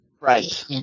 Right